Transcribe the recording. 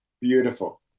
Beautiful